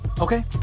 Okay